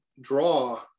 draw